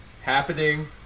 Happening